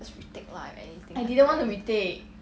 just retake lah if anything just retake